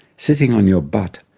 sitting on your butt,